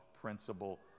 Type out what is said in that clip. principle